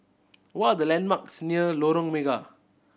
what are the landmarks near Lorong Mega